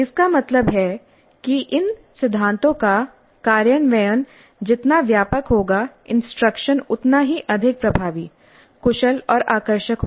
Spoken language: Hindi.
इसका मतलब है कि इन सिद्धांतों का कार्यान्वयन जितना व्यापक होगा इंस्ट्रक्शन उतना ही अधिक प्रभावी कुशल और आकर्षक होगा